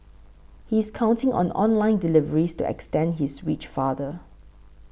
he is counting on online deliveries to extend his reach farther